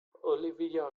olivia